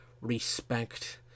respect